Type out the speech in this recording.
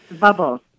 Bubbles